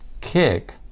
kick